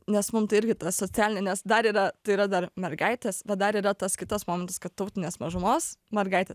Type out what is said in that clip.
nes mum tai irgi tas socialinė nes dar yra yra dar mergaitės va dar yra tas kitas momentas kad tautinės mažumos mergaitė